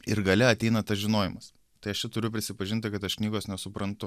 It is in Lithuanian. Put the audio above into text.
ir gale ateina tas žinojimas tai aš čia turiu prisipažinti kad aš knygos nesuprantu